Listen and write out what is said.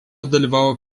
dalyvavo